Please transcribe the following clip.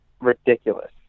ridiculous